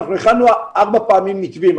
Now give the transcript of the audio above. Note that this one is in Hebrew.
אנחנו הכנו ארבע פעמים מתווים,